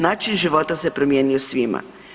Način života se promijenio svima.